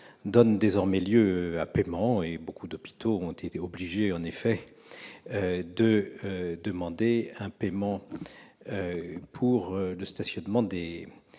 donnent désormais lieu à paiement. Nombre d'hôpitaux ont été obligés, en effet, de demander un paiement pour le stationnement des